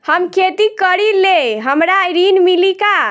हम खेती करीले हमरा ऋण मिली का?